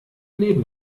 leben